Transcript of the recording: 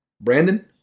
brandon